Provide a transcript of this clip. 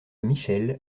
michel